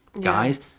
guys